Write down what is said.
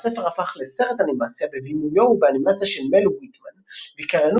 הספר הפך לסרט אנימציה בבימויו ובאנימציה של מאל ויטמן וקריינות